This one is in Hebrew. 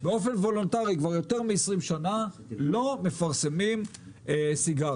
באופן וולונטארי כבר יותר מ-20 שנה לא מפרסמים סיגריות.